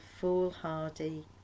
foolhardy